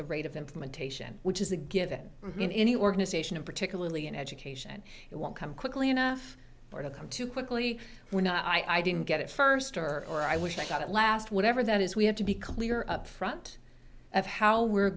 the rate of implementation which is a given in any organisation and particularly in education it won't come quickly enough or to come too quickly we're not i didn't get it first or or i wish i got it last whatever that is we have to be clear up front of how we're